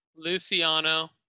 Luciano